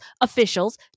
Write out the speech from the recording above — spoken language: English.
officials